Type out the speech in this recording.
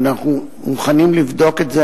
אנחנו מוכנים לבדוק את זה.